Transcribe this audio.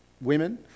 women